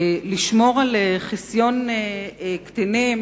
לשמור על חסיון קטינים